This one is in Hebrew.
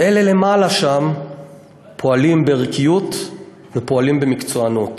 שאלה למעלה שם פועלים בערכיות ובמקצוענות.